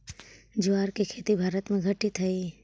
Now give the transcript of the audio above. ज्वार के खेती भारत में घटित हइ